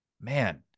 man